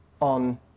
on